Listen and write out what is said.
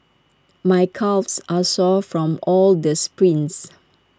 my calves are sore from all the sprints